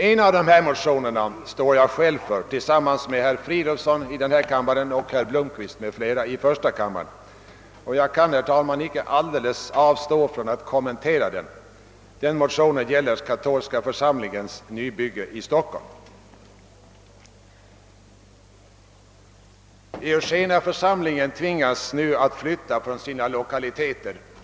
En av dessa motioner står jag själv för tillsammans med herr Fridolfsson i Stockholm i denna kammare; en likalydande motion har väckts av herr Blomquist i första kammaren. Jag kan, herr talman, icke alldeles avstå från att kommentera den. Denna motion gäller katolska församlingens nybygge i Stockholm. Eugeniaförsamlingen tvingas nu att flytta från sina lokaliteter.